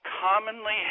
commonly